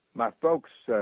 my folks so